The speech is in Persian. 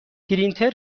پرینتر